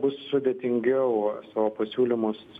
bus sudėtingiau savo pasiūlymus